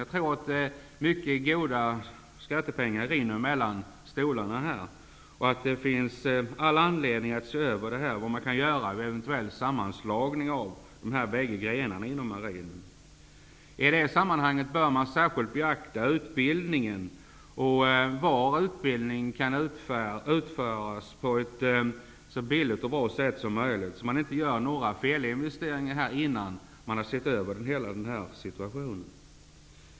Jag tror att många goda skattepengar rinner mellan stolarna och att det finns all anledning att se över om man kan göra en sammanslagning av dessa bägge grenar inom marinen. I det sammanhanget bör man särskilt beakta var utbildningen kan utföras på ett så billigt och bra sätt som möjligt, så att man inte gör några felinvesteringar innan man har sett över hela situationen.